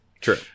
True